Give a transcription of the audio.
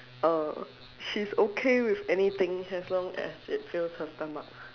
oh oh she's okay with anything as long as it fills her stomach